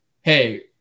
hey